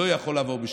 לא יכולה לעבור בשתיקה.